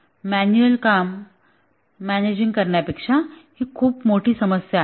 manual काम managing करण्यापेक्षा ही खूप मोठी समस्या आहे